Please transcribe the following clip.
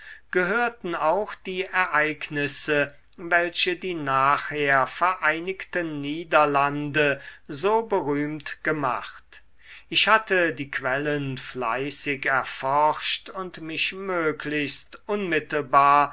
gehörten auch die ereignisse welche die nachher vereinigten niederlande so berühmt gemacht ich hatte die quellen fleißig erforscht und mich möglichst unmittelbar